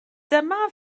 dyma